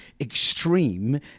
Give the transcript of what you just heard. extreme